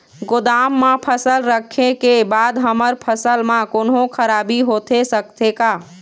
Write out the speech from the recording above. गोदाम मा फसल रखें के बाद हमर फसल मा कोन्हों खराबी होथे सकथे का?